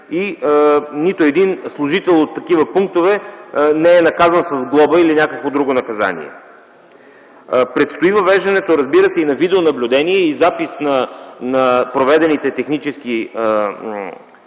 и нито един служител от такива пунктове не е наказан с глоба или някакво друго наказание. Предстои въвеждането, разбира се, и на видеонаблюдение и запис на проведените технически